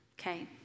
Okay